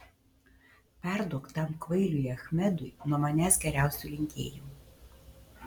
perduok tam kvailiui achmedui nuo manęs geriausių linkėjimų